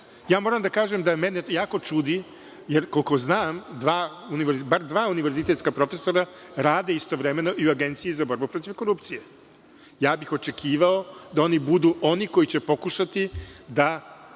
Moram da kažem da me jako čudi, jer koliko znam bar dva univerzitetska profesora rade istovremeno i u Agenciji za borbu protiv korupcije. Očekivao bih da oni budu oni koji će pokušati da